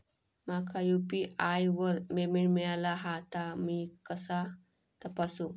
माका यू.पी.आय वर पेमेंट मिळाला हा ता मी कसा तपासू?